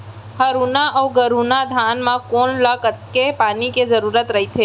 हरहुना अऊ गरहुना धान म कोन ला कतेक पानी के जरूरत रहिथे?